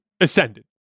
ascended